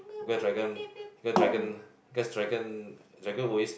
cause dragon cause dragon cause dragon dragon always